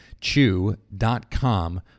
Chew.com